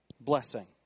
Blessing